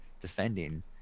defending